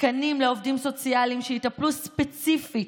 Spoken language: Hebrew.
תקנים לעובדים סוציאליים שיטפלו ספציפית,